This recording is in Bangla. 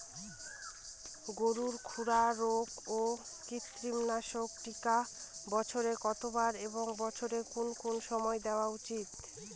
গরুর খুরা রোগ ও কৃমিনাশক টিকা বছরে কতবার এবং বছরের কোন কোন সময় দেওয়া উচিৎ?